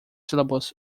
syllables